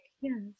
yes